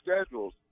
schedules